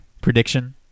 prediction